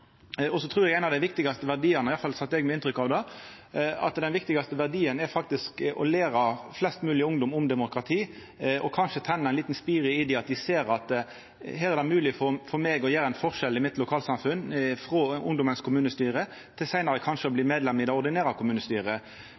Eg trur òg – det var i alle fall mitt inntrykk – at den viktigaste verdien faktisk er å læra flest mogleg ungdom om demokrati og kanskje tenna ein liten gnist i dei ved at dei ser at det er mogleg for dei å gjera ein forskjell i sitt lokalsamfunn frå deira plass i ungdommens kommunestyre, til seinare kanskje å bli medlem i det ordinære kommunestyret.